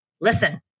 listen